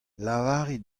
lavarit